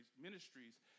ministries